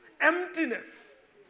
emptiness